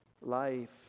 life